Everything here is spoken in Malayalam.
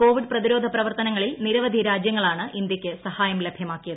കോവിഡ് പ്രതിരോധ പ്രവർത്തനങ്ങളിൽ നിരവധി രാജ്യങ്ങളാണ് ഇന്തൃയ്ക്ക് സഹായം ലഭ്യമാക്കിയത്